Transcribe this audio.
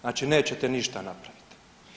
Znači nećete ništa napraviti.